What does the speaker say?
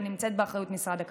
הנמצאת באחריות משרד הכלכלה.